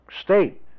state